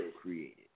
created